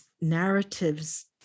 narratives